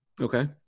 Okay